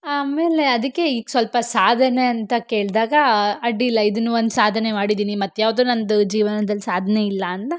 ಆಮೇಲೆ ಅದಕ್ಕೆ ಈಗ ಸ್ವಲ್ಪ ಸಾಧನೆ ಅಂತ ಕೇಳಿದಾಗ ಅಡ್ಡಿಯಿಲ್ಲ ಇದನ್ನೂ ಒಂದು ಸಾಧನೆ ಮಾಡಿದ್ದೀನಿ ಮತ್ಯಾವುದು ನಂದು ಜೀವನದಲ್ಲಿ ಸಾಧನೆ ಇಲ್ಲ ಅಂತ